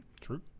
True